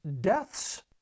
deaths